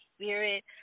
spirit